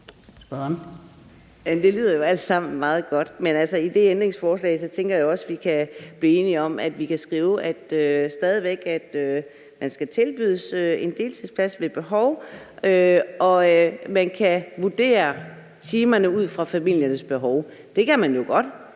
Det lyder jo alt sammen meget godt, men i det ændringsforslag, jeg taler om, tænker jeg også, vi kan blive enige om at skrive, at man stadig væk skal tilbydes en deltidsplads ved behov, og at timerne kan vurderes ud fra familiernes behov. Det kan man jo godt.